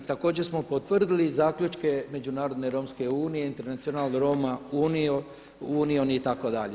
I također smo potvrdili zaključke Međunarodne romske unije International Roma union itd.